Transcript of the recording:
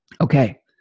Okay